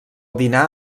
dinar